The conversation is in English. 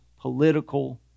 political